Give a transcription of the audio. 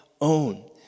own